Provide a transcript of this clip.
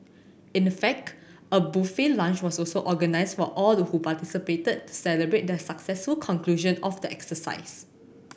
in the fact a buffet lunch was also organised for all the who participated to celebrate the successful conclusion of the exercise